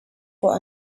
for